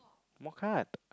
more card